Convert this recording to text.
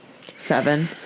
seven